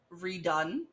redone